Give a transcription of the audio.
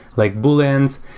like boleans.